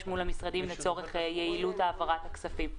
מול המשרדים לצורך יעילות העברת הכספים.